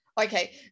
okay